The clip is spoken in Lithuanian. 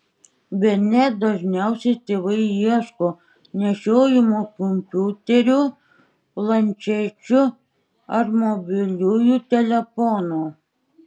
bene dažniausiai tėvai ieško nešiojamų kompiuterių planšečių ar mobiliųjų telefonų